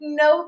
no